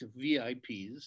VIPs